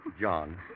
John